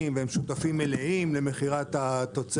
זה בסדר להעדיף תוצרת